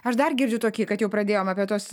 aš dar girdžiu tokį kad jau pradėjom apie tuos